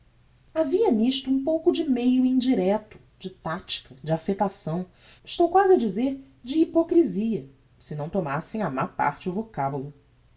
havia nisto um pouco de meio indirecto de tactica de affectação estou quasi a dizer de hipocrisia se não tomassem á má parte o vocabulo